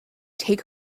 take